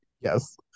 Yes